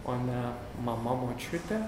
o ne mama močiutė